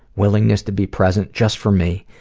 willingness to be present, just for me,